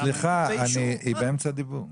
סליחה, היא באמצע דיבור,